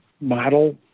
model